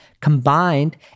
Combined